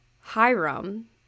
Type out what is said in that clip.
Hiram